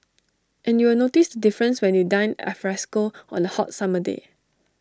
and you will notice the difference when you dine alfresco on A hot summer day